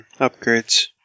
Upgrades